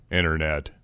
internet